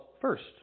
first